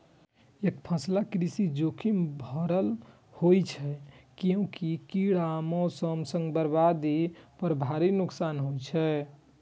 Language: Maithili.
एकफसला कृषि जोखिम भरल होइ छै, कियैकि कीड़ा, मौसम सं बर्बादी पर भारी नुकसान होइ छै